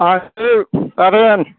आङो आरो आं